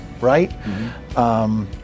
right